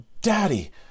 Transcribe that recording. daddy